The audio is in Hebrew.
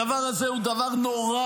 הדבר הזה הוא דבר נורא,